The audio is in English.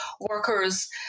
workers